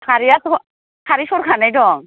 खारैयाथ' खारै सरखानाय दं